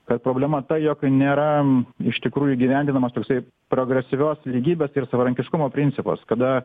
kad problema ta jog nėra iš tikrųjų įgyvendinamas toksai progresyvios lygybės ir savarankiškumo principas kada